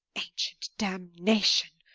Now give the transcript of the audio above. ancient damnation!